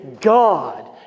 God